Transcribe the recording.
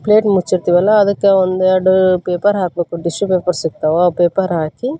plate ಮುಚ್ಚಿಡ್ತೀವಲ್ಲ ಅದಕ್ಕೆ ಒಂದೆರಡು ಪೇಪರ್ ಹಾಕಬೇಕು ಟಿಶ್ಯೂ ಪೇಪರ್ ಸಿಗ್ತವೆ ಆ ಪೇಪರ್ ಹಾಕಿ